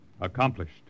accomplished